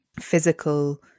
physical